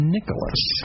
Nicholas